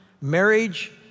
marriage